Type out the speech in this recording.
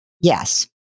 yes